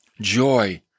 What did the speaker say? Joy